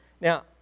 Now